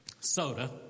soda